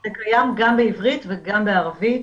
זה קיים גם בעברית וגם בערבית.